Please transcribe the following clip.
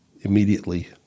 immediately